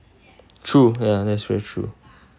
true ya that's very true